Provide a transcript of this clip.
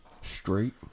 Straight